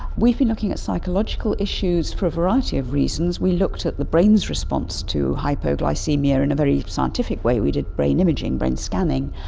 we've been looking at psychological issues for a variety of reasons. we looked at the brain's response to hypoglycaemia in a very scientific way, we did brain imaging, brain scanning,